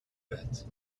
that